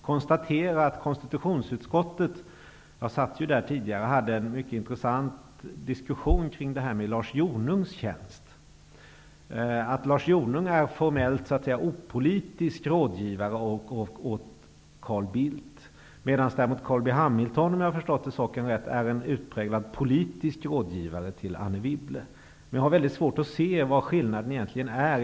Konstitutionsutskottet -- jag satt tidigare i det utskottet -- hade en mycket intressant diskussion om Lars Jonungs tjänst. Lars Jonung är formellt opolitisk rådgivare åt Carl Bildt, medan däremot Carl B Hamilton, om jag har förstått saken rätt, är en utpräglad politisk rådgivare till Anne Wibble. Jag har mycket svårt att se vari skillnaden egentligen ligger.